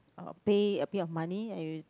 uh pay a bit of money and you